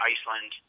Iceland